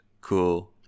Cool